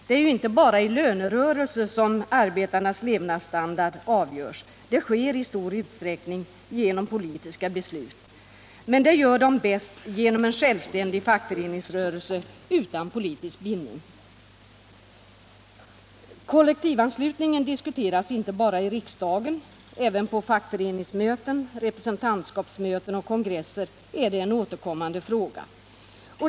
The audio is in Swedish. Det är ju inte bara i lönerörelser som arbetarnas levnadsstandard avgörs, utan det sker i stor utsträckning genom politiska beslut. Men påverkar politiska beslut gör man bäst inom en självständig fackföreningsrörelse utan politisk bindning. Kollektivanslutning diskuteras inte bara i riksdagen. Även på fackföreningsmöten, respresentantskapsmöten och kongresser är det en återkommande fråga.